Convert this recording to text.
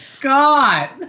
God